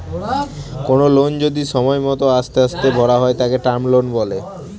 কোনো লোন যদি সময় মত আস্তে আস্তে ভরা হয় তাকে টার্ম লোন বলে